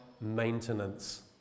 maintenance